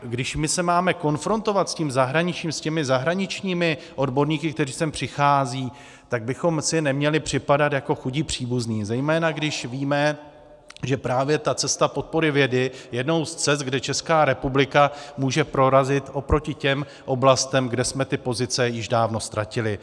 Když se máme konfrontovat s tím zahraničím, s těmi zahraničními odborníky, kteří sem přicházejí, tak bychom si neměli připadat jako chudí příbuzní, zejména když víme, že právě cesta podpory vědy je jednou z cest, kde Česká republika může prorazit oproti těm oblastem, kde jsme ty pozice již dávno ztratili.